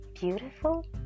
beautiful